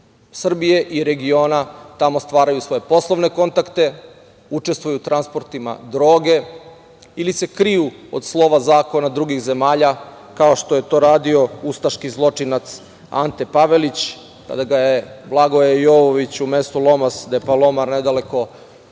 Srbije i regiona tamo stvaraju svoje poslovne kontakte, učestvuju u transportima droge ili se kriju od slova zakona drugih zemalja, kao što je to radio ustaški zločinac Ante Pavelić, kada ga je Blagoje Jovović u mesto Lomas de Paloma, nedaleko